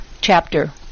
chapter